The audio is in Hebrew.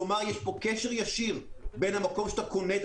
כלומר יש קשר ישיר בין המקום שבו אתה קונה את